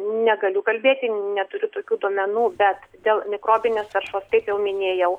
negaliu kalbėti neturiu tokių duomenų bet dėl mikrobinės taršos kaip jau minėjau